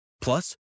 Plus